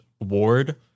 Ward